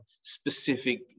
specific